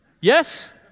Yes